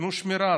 תנו שמירה,